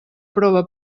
prova